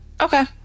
Okay